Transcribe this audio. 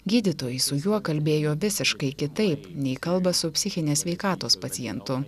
gydytojai su juo kalbėjo visiškai kitaip nei kalba su psichinės sveikatos pacientu